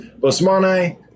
Bosmani